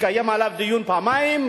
התקיים עליו דיון פעמיים,